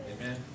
Amen